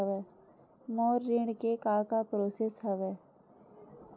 मोर ऋण के का का प्रोसेस हवय?